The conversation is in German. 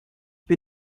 bin